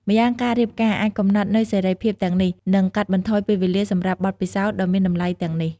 ម្យ៉ាងការរៀបការអាចកំណត់នូវសេរីភាពទាំងនេះ និងកាត់បន្ថយពេលវេលាសម្រាប់បទពិសោធន៍ដ៏មានតម្លៃទាំងនេះ។